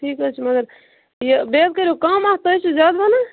ٹھیٖک حَظ چھُ مگر یہِ بیٚیہٕ حَظ کٔرِو کم اتھ تُہۍ حَظ چھُو زیادٕ وَنان